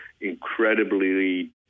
incredibly